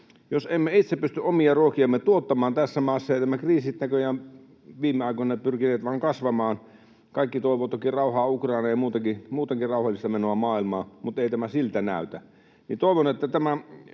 Jos emme itse pysty omia ruokiamme tuottamaan tässä maassa, ja nämä kriisit ovat näköjään viime aikoina pyrkineet vain kasvamaan — kaikki toivovat toki rauhaa Ukrainaan ja muutenkin rauhallista menoa maailmaan, mutta ei tämä siltä näytä